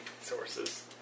sources